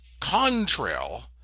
contrail